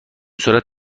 سرعت